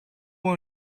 will